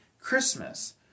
Christmas